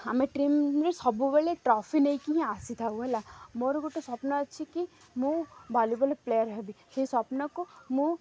ଆମେ ଟିମ୍ରେ ସବୁବେଳେ ଟ୍ରଫି ନେଇକି ହିଁ ଆସି ଥାଉ ହେଲା ମୋର ଗୋଟେ ସ୍ୱପ୍ନ ଅଛି କି ମୁଁ ଭଲିବଲ୍ ପ୍ଲେୟାର୍ ହେବି ସେ ସ୍ୱପ୍ନକୁ ମୁଁ